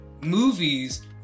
movies